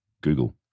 Google